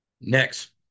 Next